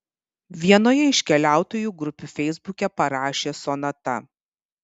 vienoje iš keliautojų grupių feisbuke parašė sonata